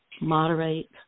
moderate